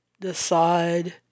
decide